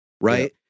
right